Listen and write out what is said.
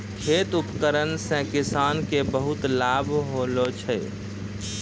खेत उपकरण से किसान के बहुत लाभ होलो छै